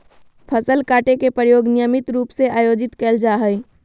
फसल काटे के प्रयोग नियमित रूप से आयोजित कइल जाय हइ